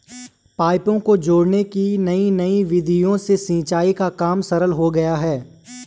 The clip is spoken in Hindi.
पाइपों को जोड़ने की नयी नयी विधियों से सिंचाई का काम सरल हो गया है